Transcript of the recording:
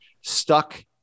stuck